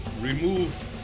remove